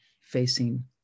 facing